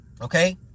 Okay